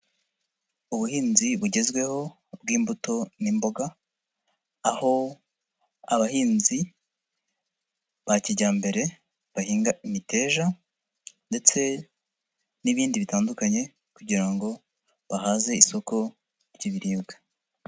Ubuhinzi bugezweho bw'imbuto n'imboga, aho abahinzi ba kijyambere, bahinga imiteja ndetse n'ibindi bitandukanye kugira ngo bahaze isoko ry'ibiribwa.